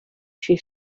she